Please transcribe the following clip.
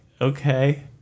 okay